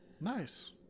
Nice